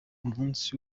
umunsi